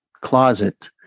closet